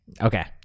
Okay